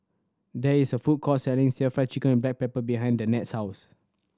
there is a food court selling still Fried Chicken with black pepper behind Danette's house